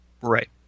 Right